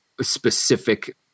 specific